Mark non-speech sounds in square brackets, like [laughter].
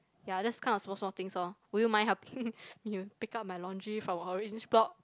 ya this kind of small small things oh would you mind helping [laughs] you pick up my laundry from orange's block